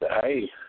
hey